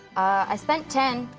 i spent ten.